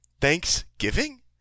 Thanksgiving